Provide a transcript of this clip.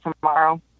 tomorrow